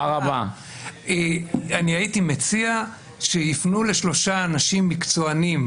הייתי מציע שיפנו לשלושה אנשים מקצוענים,